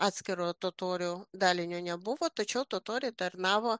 atskiro totorių dalinio nebuvo tačiau totoriai tarnavo